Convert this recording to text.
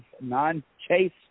non-chase